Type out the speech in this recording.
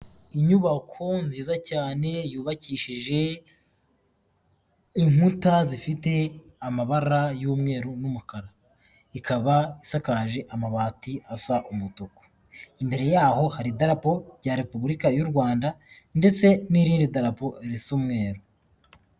Inyubako nziza cyane yubakishije inkuta zifite amabara y'umweru n'umukara, ikaba isakaje amabati asa umutuku, imbere yaho hari idarapo rya repubulika y'u Rwanda, ndetse n'irindi darapo risa umweru.